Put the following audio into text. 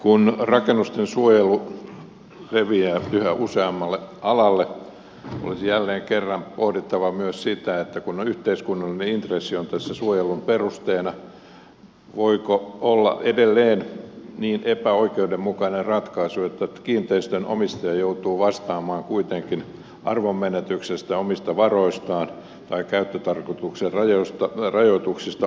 kun rakennusten suojelu leviää yhä useammalle alalle olisi jälleen kerran pohdittava myös sitä että kun yhteiskunnallinen intressi on tässä suojelun perusteena voiko olla edelleen niin epäoikeudenmukainen ratkaisu että kiinteistön omistaja joutuu vastaamaan kuitenkin arvonmenetyksestä omista varoistaan tai käyttötarkoituksen rajoituksista omista varoistaan